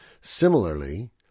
Similarly